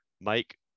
Mike